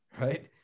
right